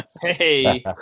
Hey